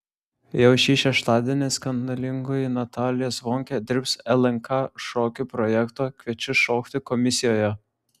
jau šį šeštadienį skandalingoji natalija zvonkė dirbs lnk šokių projekto kviečiu šokti komisijoje